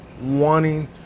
wanting